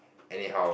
anyhow